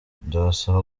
ndabasaba